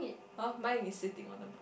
!huh! mine is sitting on th ball